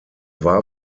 war